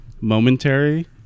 momentary